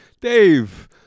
Dave